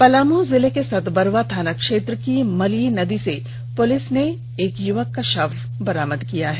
पलामू जिले के सतबरवा थाना क्षेत्र की मलयी नदी से पुलिस ने एक युवक का शव बरामद किया है